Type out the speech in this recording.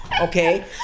Okay